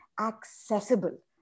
accessible